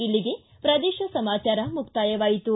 ಇಲ್ಲಿಗೆ ಪ್ರದೇಶ ಸಮಾಚಾರ ಮುಕ್ತಾಯವಾಯಿತು